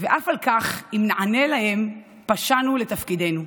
ואף על פ כן אם ניענה להם, פשענו לתפקידנו.